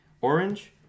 Orange